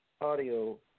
audio